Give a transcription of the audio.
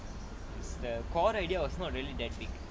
is the core idea was not really that big